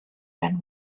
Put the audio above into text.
and